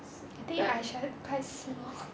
s~ I think ASEAN quite small